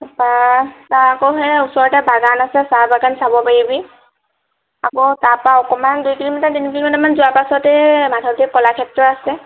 তাৰপৰা তাৰ আকৌ সেই ওচৰতে বাগানো আছে চাহ বাগান চাব পাৰিবি আকৌ তাৰপৰা অকণমান দুই কিলোমিটাৰমান তিনি কিলোমিটাৰমান যোৱাৰ পিছতেই মাধৱদেৱ কলাক্ষেত্ৰ আছে